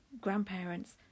grandparents